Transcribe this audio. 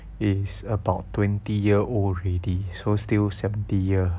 is about twenty year old already so still seventy year